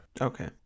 Okay